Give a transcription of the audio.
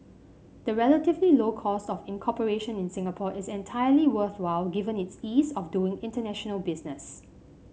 the relatively low cost of incorporation in Singapore is entirely worthwhile given its ease of doing international business